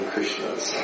Krishna's